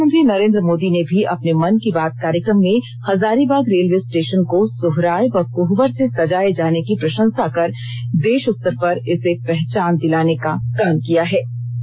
वहीं प्रधानमंत्री नरेंद्र मोदी ने भी अपने मन की बात कार्यक्रम में हजारीबाग रेलवे स्टेशन को सोहराय व कोहबर से सजाए जाने की प्रशंसा कर देश स्तर पर इसे पहचान देने का काम किया है